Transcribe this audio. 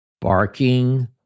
barking